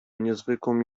niezwykłą